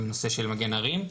בנושא של מגן הרים.